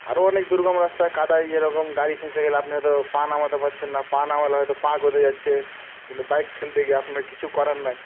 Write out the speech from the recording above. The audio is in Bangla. আরও অনেক দুর্গম রাস্তা কাদায় যেরকম গাড়ি ফেঁসে গেলে আপনি হয়তো পা নামাতে পারছেন না পা নামালে হয়তো পা গদে যাচ্ছে কিন্তু বাইক ঠেলতে গিয়ে আপনার কিছু করার নেই